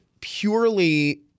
purely